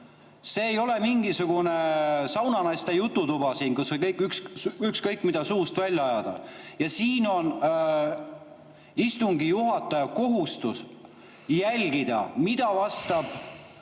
See ei ole mingisugune saunanaiste jututuba siin, kus ükskõik mida suust välja ajada. Ja istungi juhataja kohustus on jälgida, mida